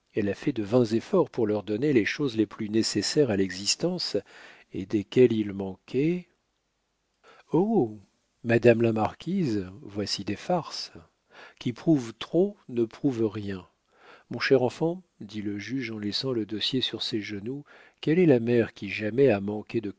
elle a fait de vains efforts pour leur donner les choses les plus nécessaires à l'existence et desquelles ils manquaient oh madame la marquise voici des farces qui prouve trop ne prouve rien mon cher enfant dit le juge en laissant le dossier sur ses genoux quelle est la mère qui jamais a manqué de